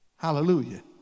Hallelujah